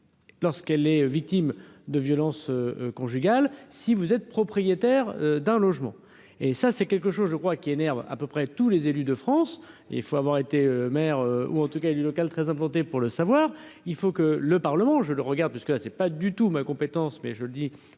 lorsqu'elle est victime de violences conjugales, si vous êtes propriétaire d'un logement, et ça c'est quelque chose je crois qu'il énerve à peu près tous les élus de France, il faut avoir été maire ou en tout cas, élu local très implanté pour le savoir, il faut que le Parlement, je le regarde, parce que là c'est pas du tout ma compétence mais je le dis